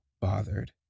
bothered